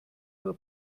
nur